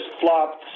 flopped